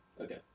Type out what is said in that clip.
Okay